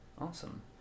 Awesome